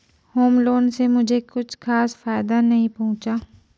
home loan से मुझे कुछ खास फायदा नहीं पहुंचा